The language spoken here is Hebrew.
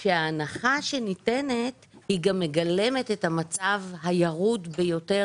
כי ההנחה שניתנת היא גם מגלמת את המצב הירוד ביותר